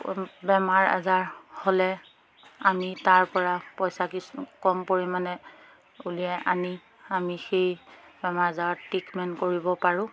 বেমাৰ আজাৰ হ'লে আমি তাৰপৰা পইচা কিছু কম পৰিমাণে উলিয়াই আনি আমি সেই বেমাৰ আজাৰত ট্ৰিটমেণ্ট কৰিব পাৰোঁ